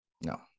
No